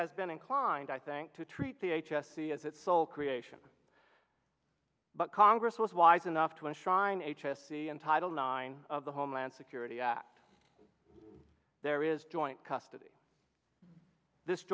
has been inclined i think to treat the h s c as its sole creation but congress was wise enough to enshrine h s c in title nine of the homeland security act there is joint custody this